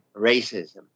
racism